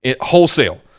Wholesale